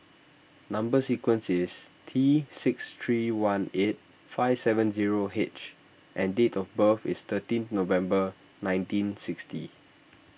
Number Sequence is T six three one eight five seven zero H and date of birth is thirteen November nineteen sixty